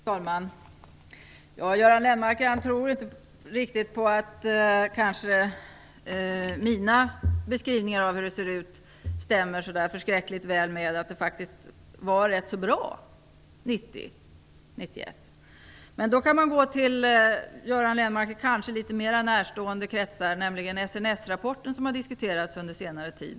Fru talman! Göran Lennmarker tror inte riktigt på att mina beskrivningar stämmer så förskräckligt väl, dvs. att det faktiskt var rätt så bra 1990 och 1991. Då kan man gå till Göran Lennmarker kanske litet mer närstående kretsar, nämligen till SNS-rapporten som diskuterats under senare tid.